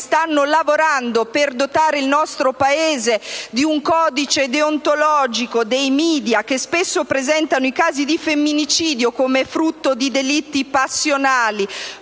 stanno lavorando per dotare il nostro Paese di un codice deontologico dei *media*, i quali spesso presentano i casi di femminicidio come frutto di delitti passionali.